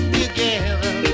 together